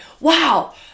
wow